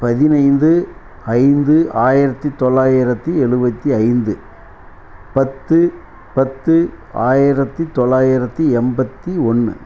பதினைந்து ஐந்து ஆயிரத்தி தொள்ளாயிரத்தி எழுபத்தி ஐந்து பத்து பத்து ஆயிரத்தி தொள்ளாயிரத்தி எண்பத்தி ஒன்று